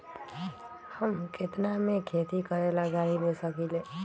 हम केतना में खेती करेला गाड़ी ले सकींले?